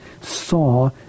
saw